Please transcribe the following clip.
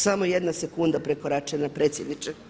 Samo jedna sekunda prekoračena predsjedniče.